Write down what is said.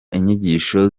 inyigisho